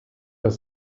dass